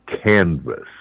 canvas